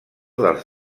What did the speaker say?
dels